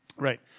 Right